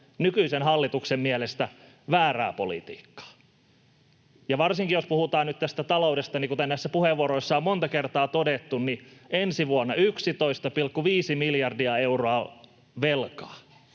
nykyisen hallituksen mielestä väärää politiikkaa. Varsinkin jos puhutaan nyt taloudesta, niin kuten näissä puheenvuoroissa on monta kertaa todettu, ensi vuonna 11,5 miljardia euroa velkaa,